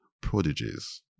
prodigies